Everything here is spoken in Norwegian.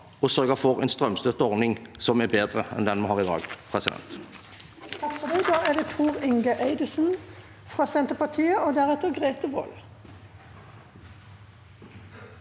og sørge for en strømstøtteordning som er bedre enn den vi har i dag. Tor Inge